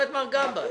חד-פעמי.